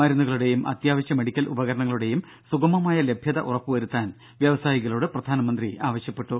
മരുന്നുകളുടെയും അത്യാവശ്യ മെഡിക്കൽ ഉപകരണങ്ങളുടേയും സുഗമമായ ലഭ്യത ഉറപ്പുവരുത്താൻ വ്യവസായികളോട് പ്രധാനമന്ത്രി ആവശ്യപ്പെട്ടു